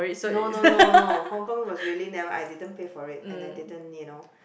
no no no no Hong-Kong was really never I didn't pay for it and I didn't you know